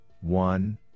one